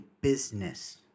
business